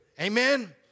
Amen